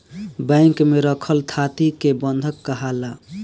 bank में रखल थाती के बंधक काहाला